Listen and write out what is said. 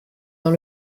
dans